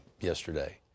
yesterday